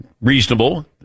Reasonable